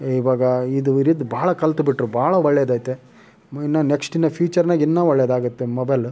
ಇವಾಗ ಇದು ಇದ್ರಿಂದ ಭಾಳ ಕಲಿತ್ಬಿಟ್ರು ಭಾಳ ಒಳ್ಳೆದೈತೆ ಇನ್ನು ನೆಕ್ಸ್ಟ್ ಇನ್ನು ಫ್ಯೂಚರ್ನಾಗೆ ಇನ್ನೂ ಒಳ್ಳೆದಾಗುತ್ತೆ ಮೊಬೈಲು